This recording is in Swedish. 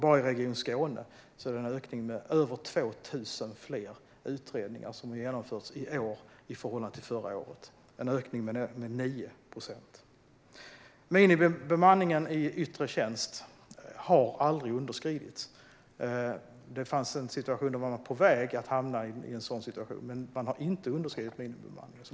Bara i Region Skåne har över 2 000 fler utredningar genomförts i år jämfört med förra året. Det är en ökning med 9 procent. Minimibemanningen i yttre tjänst har aldrig underskridits. Man har varit på väg att hamna i en sådan situation, men man har inte underskridit minimibemanningen.